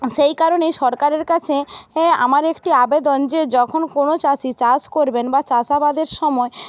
সেই কারণেই সরকারের কাছে এ আমার একটি আবেদন যে যখন কোনও চাষি চাষ করবেন বা চাষাবাদের সময়